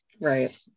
right